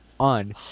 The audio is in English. On